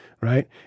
Right